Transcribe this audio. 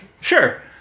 Sure